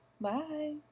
bye